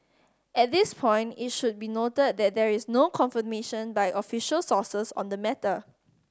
at this point it should be noted that there is no confirmation by official sources on the matter